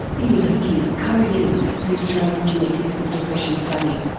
ian hickie co-leads the australian genetics of depression study.